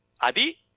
Adi